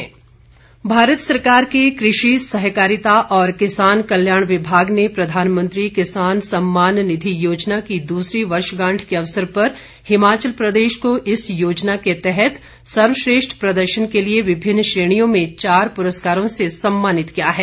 किसान सम्मान निधि भारत सरकार के कृषि सहकारिता और किसान कल्याण विभाग ने प्रधानमंत्री किसान सम्मान निधि योजना की दूसरी वर्षगांठ के अवसर हिमाचल प्रदेश को इस योजना के तहत सर्वश्रेष्ठ प्रदर्शन के लिए विभिन्न श्रेणीयों में चार पुरस्कारों से सम्मानित किया है